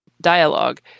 dialogue